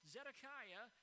Zedekiah